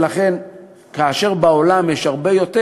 ולכן כאשר בעולם יש הרבה יותר,